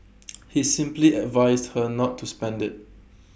he simply advised her not to spend IT